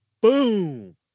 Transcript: boom